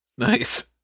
Nice